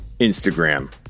Instagram